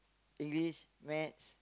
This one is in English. English maths